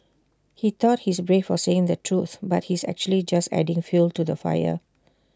he thought he's brave for saying the truth but he's actually just adding fuel to the fire